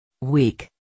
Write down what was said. Weak